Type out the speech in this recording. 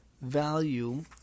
value